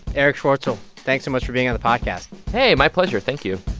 erich schwartzel, thanks so much for being on the podcast hey, my pleasure. thank you